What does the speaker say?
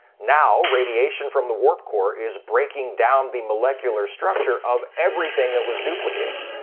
now, radiation from the warp core is breaking down the molecular structure of everything that was duplicated.